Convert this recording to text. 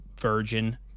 virgin